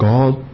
God